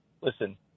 listen